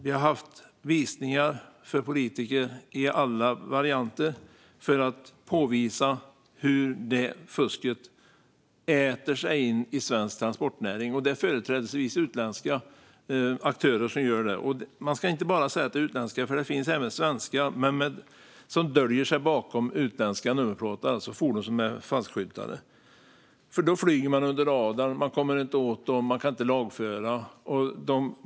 Vi har haft visningar för politiker i alla varianter för att påvisa hur fusket äter sig in i svensk transportnäring. Det är företrädesvis utländska aktörer som gör det. Men man ska inte bara säga att det är utländska. Det finns även svenska aktörer som döljer sig bakom utländska nummerplåtar, alltså fordon som är falskskyltade. Då flyger de under radarn. Man kommer inte åt dem, och man kan inte lagföra dem.